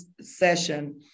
session